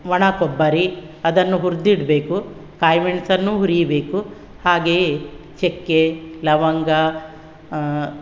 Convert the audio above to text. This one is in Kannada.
ಒಣಕೊಬ್ಬರಿ ಅದನ್ನು ಹುರಿದಿಡ್ಬೇಕು ಕಾಯಿಮೆಣಸನ್ನೂ ಹುರಿಯಬೇಕು ಹಾಗೆಯೇ ಚಕ್ಕೆ ಲವಂಗ